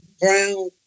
Brown